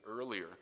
earlier